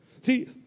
See